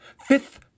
Fifth